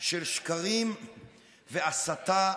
של שקרים והסתה,